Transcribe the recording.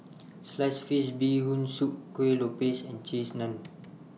Sliced Fish Bee Hoon Soup Kue Lupis and Cheese Naan